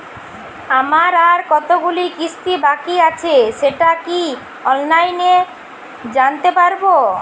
আমার আর কতগুলি কিস্তি বাকী আছে সেটা কি অনলাইনে জানতে পারব?